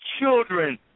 Children